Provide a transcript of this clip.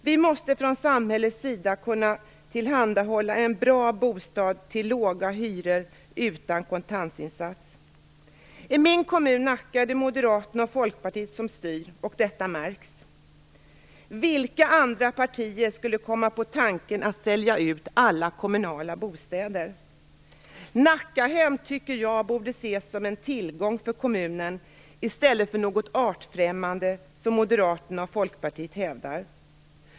Vi måste från samhällets sida kunna tillhandahålla en bra bostad till låga hyror utan kontantinsats. I min kommun Nacka är det Moderaterna och Folkpartiet som styr, och detta märks. Vilka andra partier skulle komma på tanken att sälja ut alla kommunala bostäder? Nackahem borde, tycker jag, ses som en tillgång för kommunen och inte som något artfrämmande, som Moderaterna och Folkpartiet hävdar.